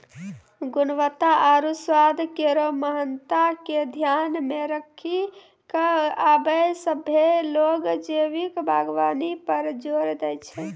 गुणवत्ता आरु स्वाद केरो महत्ता के ध्यान मे रखी क आबे सभ्भे लोग जैविक बागबानी पर जोर दै छै